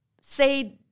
say